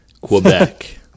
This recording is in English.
Quebec